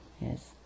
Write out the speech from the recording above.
Yes